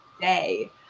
day